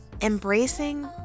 embracing